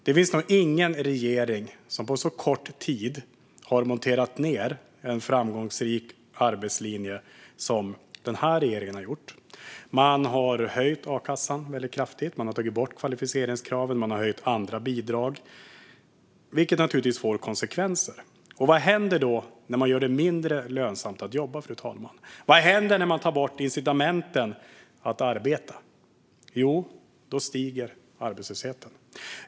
Det finns nog ingen annan regering som på så kort tid som den här regeringen har monterat ned en framgångsrik arbetslinje. Man har höjt a-kassan väldigt kraftigt, man har tagit bort kvalificeringskraven och man har höjt andra bidrag, vilket naturligtvis får konsekvenser. Vad händer då när man gör det mindre lönsamt att jobba? Vad händer när man tar bort incitamenten att arbeta? Jo, då stiger arbetslösheten.